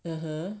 (uh huh)